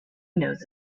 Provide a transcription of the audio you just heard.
knows